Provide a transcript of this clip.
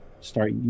start